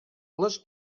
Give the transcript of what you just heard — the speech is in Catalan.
les